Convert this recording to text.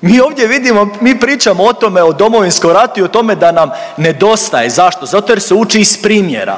Mi ovdje vidimo, mi pričamo o tome o Domovinskom ratu i o tome da nam nedostaje. Zašto? Zato jer se uči iz primjera.